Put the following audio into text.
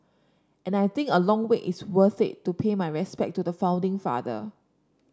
and I think a long wait is worth it to pay my respect to the founding father